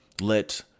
let